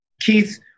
Keith